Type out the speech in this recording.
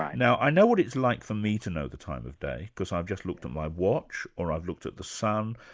now i know what it's like for me to know the time of day because i've just looked at my watch, or i've looked at the sun,